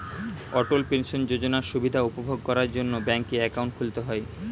অটল pension যোজনার সুবিধা উপভোগ করার জন্যে ব্যাংকে অ্যাকাউন্ট খুলতে হয়